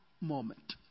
moment